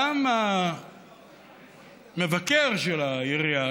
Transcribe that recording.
גם המבקר של העירייה,